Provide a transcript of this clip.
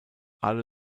alle